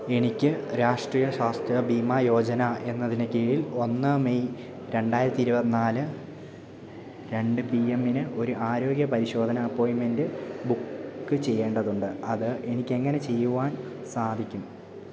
എനിക്ക് രാഷ്ട്രീയ സ്വാസ്ഥ്യ ബീമാ യോജന എന്നതിന് കീഴിൽ ഒന്ന് മെയ് രണ്ടായിരത്തി ഇരുപത്തിനാല് രണ്ട് പി എമ്മിന് ഒരു ആരോഗ്യ പരിശോധന അപ്പോയിമെൻ്റ് ബുക്ക് ചെയ്യേണ്ടതുണ്ട് അത് എനിക്കെങ്ങനെ ചെയ്യുവാൻ സാധിക്കും